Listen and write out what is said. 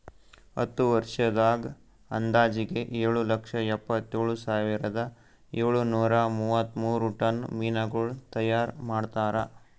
ಹತ್ತು ವರ್ಷದಾಗ್ ಅಂದಾಜಿಗೆ ಏಳು ಲಕ್ಷ ಎಪ್ಪತ್ತೇಳು ಸಾವಿರದ ಏಳು ನೂರಾ ಮೂವತ್ಮೂರು ಟನ್ ಮೀನಗೊಳ್ ತೈಯಾರ್ ಮಾಡ್ತಾರ